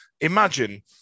Imagine